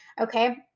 Okay